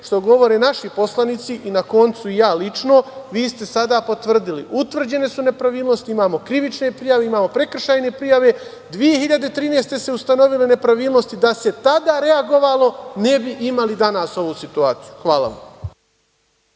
što govore naši poslanici i na koncu i ja lično, vi ste sada potvrdili. Utvrđene su nepravilnosti, imamo krivične prijave, imamo prekršajne prijave. Godine 2013. su se ustanovile nepravilnosti. Da se tada reagovalo, ne bi imali danas ovu situaciju. Hvala vam.